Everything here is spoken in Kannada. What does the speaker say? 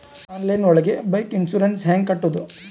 ಆನ್ಲೈನ್ ಒಳಗೆ ಬೈಕ್ ಇನ್ಸೂರೆನ್ಸ್ ಹ್ಯಾಂಗ್ ಕಟ್ಟುದು?